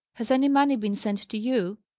has any money been sent to you?